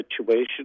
situation